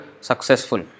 successful